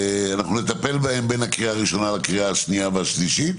ונטפל בהן בין הקריאה הראשונה לקריאה השנייה והשלישית.